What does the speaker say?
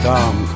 Tom